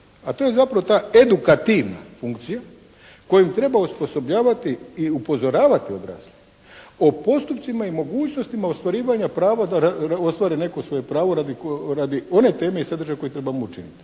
A to je zapravo ta edukativna funkcija kojom treba osposobljavati i upozoravati odrasle o postupcima i mogućnostima ostvarivanja prava da ostvare neko svoje pravo radi one teme i sadržaja koji trebamo učiniti.